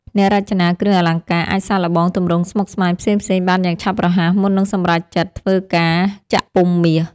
អ្នករចនាគ្រឿងអលង្ការអាចសាកល្បងទម្រង់ស្មុគស្មាញផ្សេងៗបានយ៉ាងឆាប់រហ័សមុននឹងសម្រេចចិត្តធ្វើការចាក់ពុម្ពមាស។